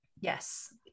Yes